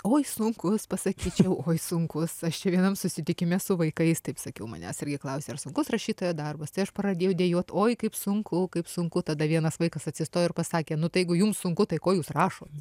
oi sunkus pasakyčiau oi sunkus aš čia vienam susitikime su vaikais taip sakiau manęs irgi klausė ar sunkus rašytojo darbas tai aš pradėjau dejuot oi kaip sunku kaip sunku tada vienas vaikas atsistojo ir pasakė nu tai jeigu jum sunku tai ko jūs rašot